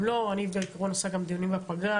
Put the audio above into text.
אם לא, אני בעיקרון עושה גם דיונים בפגרה.